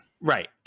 Right